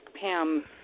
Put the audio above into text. Pam